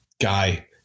guy